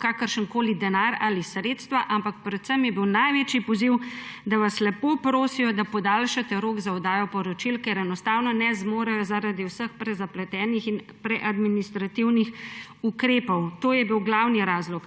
kakršenkoli denar ali sredstva, ampak predvsem je bil največji poziv, da vas lepo prosijo, da podaljšate rok za oddajo poročil, ker enostavno ne zmorejo zaradi vseh prezapletenih in preadministrativnih ukrepov. To je bil glavni razlog.